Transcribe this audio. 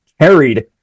carried